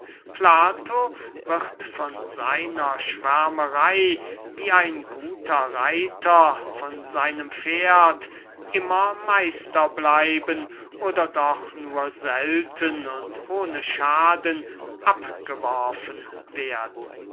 plato wird von seiner schwärmerey wie ein guter reiter von seinem pferd immer meister bleiben oder doch nur selten und ohne schaden abgeworfen werden